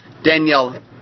Danielle